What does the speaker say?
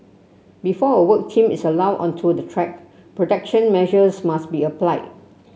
before a work team is allowed onto the track protection measures must be applied